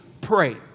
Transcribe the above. pray